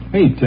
Hey